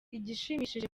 igishimishije